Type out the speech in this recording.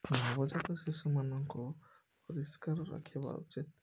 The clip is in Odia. ନବଜାତ ଶିଶୁମାନଙ୍କୁ ପରିଷ୍କାର ରଖିବା ଉଚିତ୍